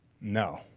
no